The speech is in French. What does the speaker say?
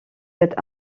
cette